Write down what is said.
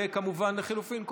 וכמובן, לחלופין.